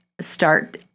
start